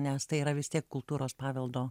nes tai yra vis tiek kultūros paveldo